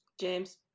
James